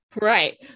Right